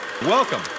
Welcome